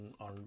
on